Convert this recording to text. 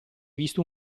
visto